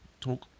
talk